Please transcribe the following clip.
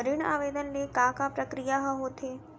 ऋण आवेदन ले के का का प्रक्रिया ह होथे?